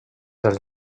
dels